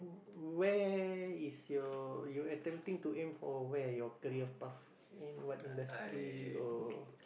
where is your you are attempting to aim for where your career path I mean what industry or